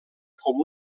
com